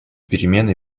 перемены